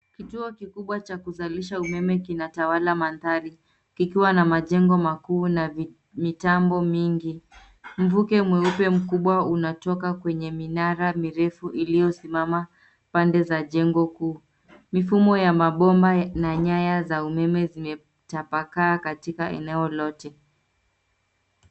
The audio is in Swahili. Kituo kikubwa cha kuzalisha umeme kinatawala mandhari, kikiwa na majengo makuu na mitambo mingi. Mvuke mweupe mkubwa unatoka kwenye minara mirefu iliyosimama pande za jengo kuu. Mifumo ya maboma na nyaya za umeme zimetapakaa katika eneo lote.